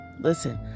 Listen